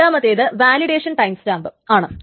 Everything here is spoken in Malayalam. രണ്ടാമത്തേത് വാലിഡേഷൻ ടൈം സ്റ്റാമ്പ് ആണ്